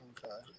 Okay